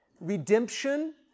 redemption